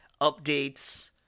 updates